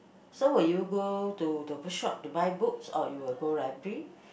so will you go to the book shop to buy books or you will go library